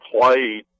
played